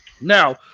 Now